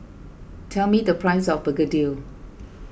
tell me the price of Begedil